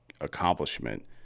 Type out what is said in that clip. accomplishment